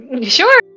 Sure